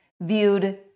viewed